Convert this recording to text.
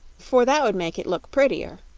for that would make it look prettier.